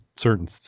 certain